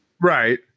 Right